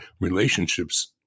Relationships